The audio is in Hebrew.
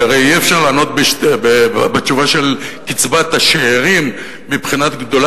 כי הרי אי-אפשר לענות בתשובה של קצבת השאירים מבחינת גודלה